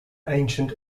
ancient